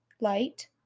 light